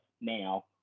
now